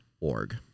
org